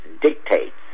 dictates